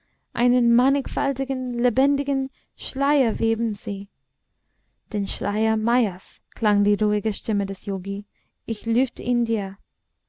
einen mannigfaltigen lebendigen schleier weben sie den schleier mayas klang die ruhige stimme des yogi ich lüfte ihn dir